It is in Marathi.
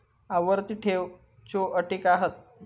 आवर्ती ठेव च्यो अटी काय हत?